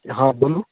हाँ बोलू